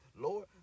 Lord